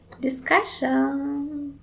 discussion